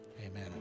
Amen